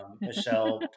Michelle